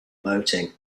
boating